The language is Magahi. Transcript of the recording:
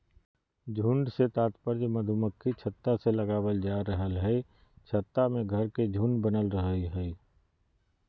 झुंड से तात्पर्य मधुमक्खी छत्ता से लगावल जा रहल हई छत्ता में घर के झुंड बनल रहई हई